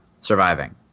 surviving